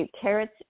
carrots